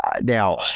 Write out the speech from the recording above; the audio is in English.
now